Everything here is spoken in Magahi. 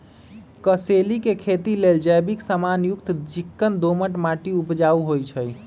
कसेलि के खेती लेल जैविक समान युक्त चिक्कन दोमट माटी उपजाऊ होइ छइ